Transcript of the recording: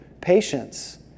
patience